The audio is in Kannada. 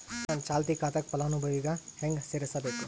ನನ್ನ ಚಾಲತಿ ಖಾತಾಕ ಫಲಾನುಭವಿಗ ಹೆಂಗ್ ಸೇರಸಬೇಕು?